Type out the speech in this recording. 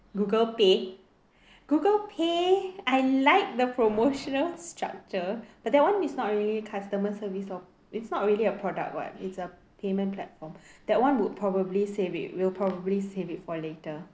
Google Pay Google Pay I like the promotional structure but that [one] is not really customer service lor it's not really a product [what] it's a payment platform that one would probably save it we'll probably save it for later